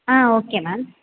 ah okay ma'am